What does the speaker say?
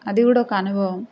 అది కూడా ఒక అనుభవం